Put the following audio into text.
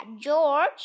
George